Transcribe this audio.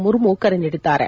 Murmu ಕರೆನೀಡಿದ್ದಾರೆ